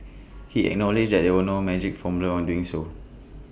he acknowledged that there were no magic formula doing so